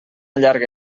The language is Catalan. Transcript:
llarga